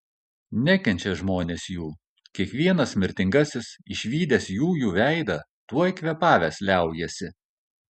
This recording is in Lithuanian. nekenčia žmonės jų kiekvienas mirtingasis išvydęs jųjų veidą tuoj kvėpavęs liaujasi